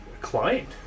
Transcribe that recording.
client